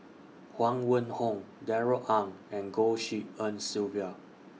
Huang Wenhong Darrell Ang and Goh Tshin En Sylvia